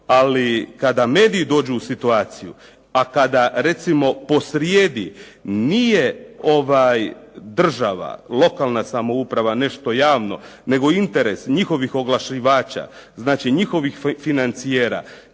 ali kada mediji dođu u situaciju a kada recimo posrijedi nije država, lokalna samouprava, nešto javno nego interes njihovih oglašivača, znači njihovih financijera,